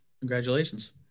Congratulations